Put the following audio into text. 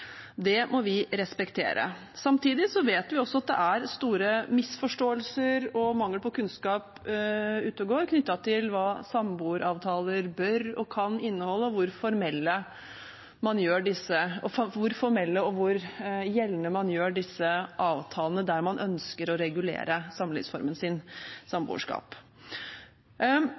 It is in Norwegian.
Det må vi respektere. Samtidig vet vi at det er store misforståelser og mangel på kunnskap ute og går knyttet til hva samboeravtaler bør og kan inneholde, og hvor formelle og hvor gjeldende man gjør disse avtalene der man ønsker å regulere samlivsformen sin – samboerskap.